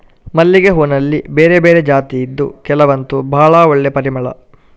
ಮಲ್ಲಿಗೆ ಹೂನಲ್ಲಿ ಬೇರೆ ಬೇರೆ ಜಾತಿ ಇದ್ದು ಕೆಲವಂತೂ ಭಾಳ ಒಳ್ಳೆ ಪರಿಮಳ